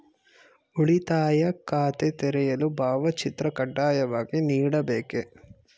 ಉಳಿತಾಯ ಖಾತೆ ತೆರೆಯಲು ಭಾವಚಿತ್ರ ಕಡ್ಡಾಯವಾಗಿ ನೀಡಬೇಕೇ?